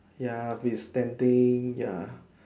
ya we spending ya